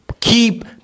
Keep